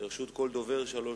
לרשות כל דובר שלוש